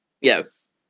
yes